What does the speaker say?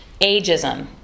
ageism